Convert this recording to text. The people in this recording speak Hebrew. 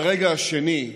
והרגע השני,